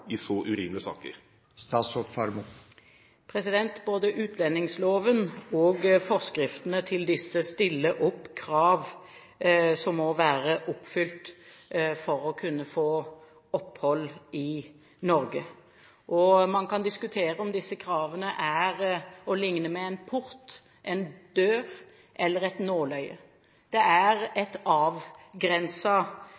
i så urimelige saker? Både utlendingsloven og forskriftene til den stiller krav som må være oppfylt for at man skal kunne få opphold i Norge. Man kan diskutere om disse kravene er å ligne på en port, en dør eller et nåløye. Det er